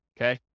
okay